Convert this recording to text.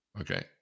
Okay